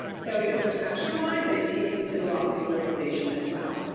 um so, you know perception wise, i think it did a lot for the organization as well.